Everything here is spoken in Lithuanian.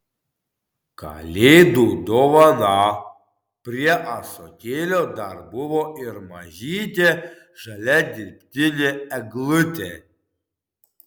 kalėdų dovana prie ąsotėlio dar buvo ir mažytė žalia dirbtinė eglutė